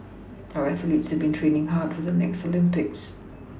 our athletes have been training hard for the next Olympics